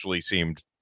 seemed